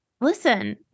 listen